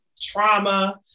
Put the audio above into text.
trauma